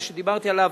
מה שדיברתי עליו,